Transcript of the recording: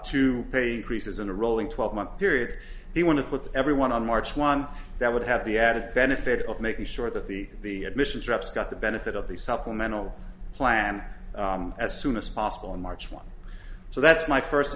to pay creases in a rolling twelve month period they want to put everyone on march one that would have the added benefit of making sure that the admissions reps got the benefit of the supplemental plan as soon as possible in march one so that's my first